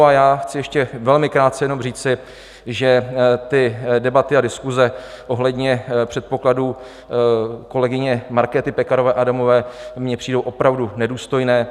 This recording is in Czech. A já chci ještě velmi krátce jenom říci, že ty debaty a diskuse ohledně předpokladů kolegyně Markéty Pekarové Adamové mi přijdou opravdu nedůstojné.